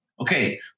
Okay